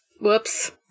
Whoops